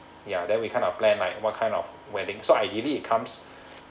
ya then we kind of plan like what kind of wedding so ideally it comes